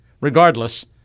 Regardless